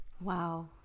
Wow